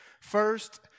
First